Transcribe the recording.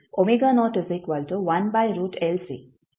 25 ಎಂದು ಪಡೆಯುತ್ತೇವೆ